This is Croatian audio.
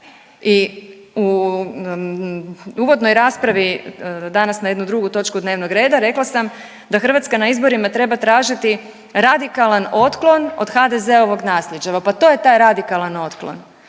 i u uvodnoj raspravi danas na jednu drugu točku dnevnog reda rekla sam da Hrvatska na izborima treba tražiti radikalan otklon od HDZ-ovog nasljeđa, pa to je taj radikalan otklon.